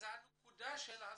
אז זה הנקודה של ההסברה,